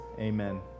Amen